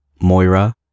Moira